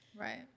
Right